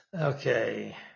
Okay